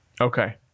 okay